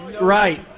Right